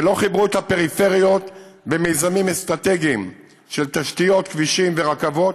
שלא חיברו את הפריפריות במיזמים אסטרטגיים של תשתיות כבישים ורכבות.